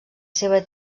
seva